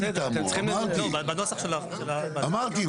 אמרתי,